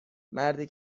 مردی